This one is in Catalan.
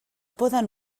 poden